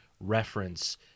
reference